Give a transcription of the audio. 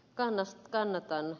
kannatan ed